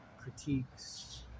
critiques